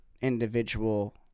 individual